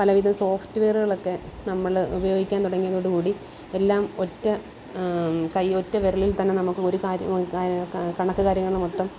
പലവിധ സോഫ്റ്റുവെയറുകളൊക്കെ നമ്മൾ ഉപയോഗിക്കാൻ തുടങ്ങിയതോടു കൂടി എല്ലാം ഒറ്റ കൈ ഒറ്റ വിരലിൽ തന്നെ നമുക്ക് ഒരു കാര്യം കണക്ക് കാര്യങ്ങൾ മൊത്തം